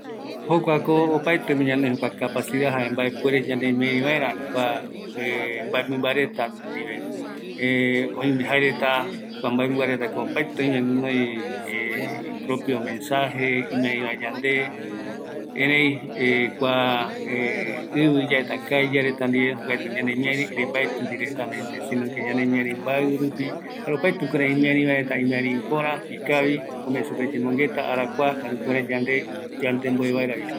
Opaeteko oïme ñanoi jokua mbaepure ñanemiarï vaera mïmba reta ndive, yamboete yave jae reta imiariko yandendive, ërei mbaɨupeko jaereta jei yandeve, kaa iyareta, ani mbae iya reta